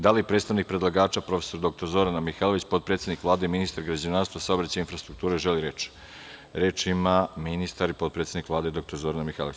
Da li predstavnik predlagača prof. dr Zorana Mihajlović, potpredsednik Vlade i ministar građevinarstva, saobraćaja i infrastrukture želi reč? (Da.) Reč ima ministar i potpredsednik Vlade, dr Zorana Mihajlović.